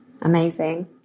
Amazing